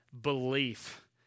belief